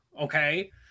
Okay